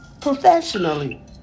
professionally